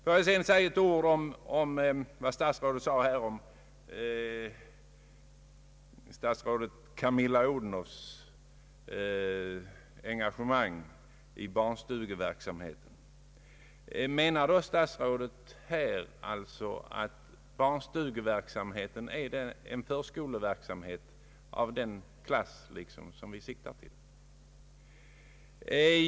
Låt mig sedan säga några ord om vad statsrådet anförde beträffande statsrådet Camilla Odhnoffs engagemang i barnstugeverksamheten. Menar = alltså statsrådet att barnstugeverksamheten är en förskoleverksamhet av den klass vi siktar på?